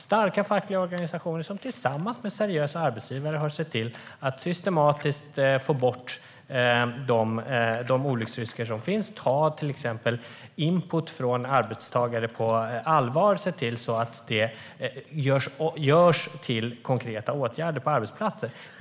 Starka fackliga organisationer har tillsammans med seriösa arbetsgivare sett till att systematiskt få bort de olycksrisker som finns. Man har tagit input från arbetstagare på allvar och sett till att det görs till konkreta åtgärder på arbetsplatser.